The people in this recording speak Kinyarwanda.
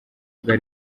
bwa